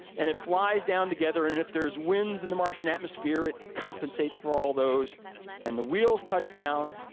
and it flies down together and if there's winds in the martian atmosphere, it compensates for all those and the wheels touch down.